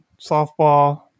softball